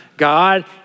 God